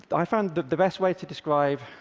i found the the best way to describe